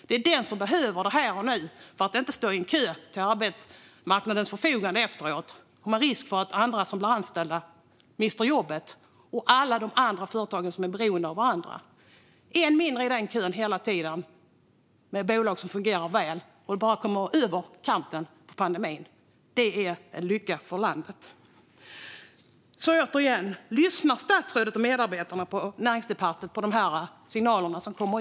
Det är den som behöver det här och nu för att inte behöva ställa sig i kö till arbetsmarknadens förfogande, med risk för att andra som blir anställda mister jobbet. Det finns ju också en massa företag som är beroende av varandra. Om det finns en person mindre i den kön och vi har bolag som fungerar väl vore det lycka för landet när vi väl kommer över kanten på pandemin. Lyssnar statsrådet och hans medarbetare på Näringsdepartementet på de signaler som kommer?